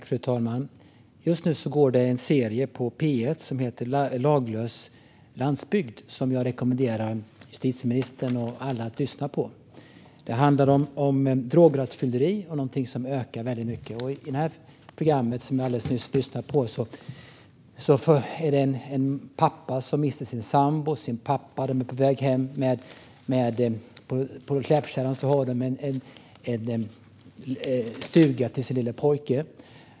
Fru talman! Just nu går en serie på P1 som heter Laglös landsbygd som jag rekommenderar justitieministern och alla andra att lyssna på. Den handlar om drograttfylleri, vilket är något som ökar väldigt mycket. I det program som jag alldeles nyss lyssnade på förekommer en man som mister sin sambo och sin pappa. De är på väg hem. På släpkärran har de en stuga till sin lille pojke.